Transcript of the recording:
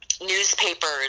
newspapers